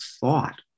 thought